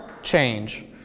Change